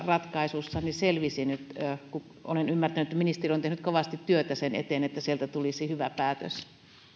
ratkaisusta selvisi kun olen ymmärtänyt että ministeri on tehnyt kovasti työtä sen eteen että sieltä tulisi hyvä päätös